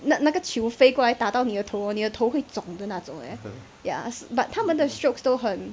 那那个球飞过来打到你的头你的头会肿的那种 leh ya but 他们的 strokes 都很